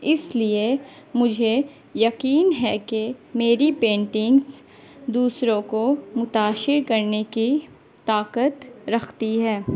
اس لیے مجھے یقین ہے کہ میری پینٹنگس دوسروں کو متاثر کرنے کی طاقت رکھتی ہے